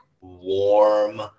warm